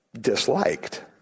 disliked